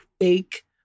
fake